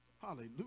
Hallelujah